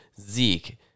Zeke